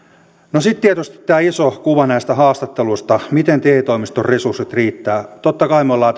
no sitten tietysti tämä iso kuva näistä haastatteluista miten te toimistojen resurssit riittävät totta kai me olemme